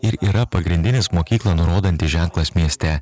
ir yra pagrindinis mokyklą nurodantis ženklas mieste